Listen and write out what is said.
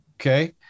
Okay